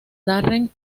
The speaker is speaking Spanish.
darren